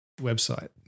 website